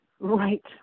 Right